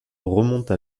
remonte